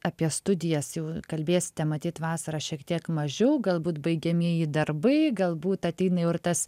apie studijas jau kalbėsite matyt vasarą šiek tiek mažiau galbūt baigiamieji darbai galbūt ateina jau ir tas